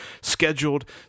scheduled